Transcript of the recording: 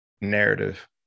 narrative